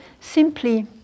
simply